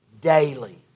Daily